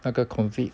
那个 COVID